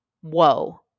Whoa